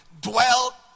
dwell